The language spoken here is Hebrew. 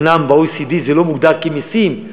אומנם ב-OECD זה לא מוגדר כמסים,